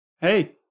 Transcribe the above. Hey